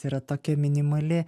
yra tokia minimali